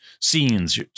scenes